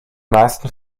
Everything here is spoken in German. meisten